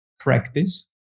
practice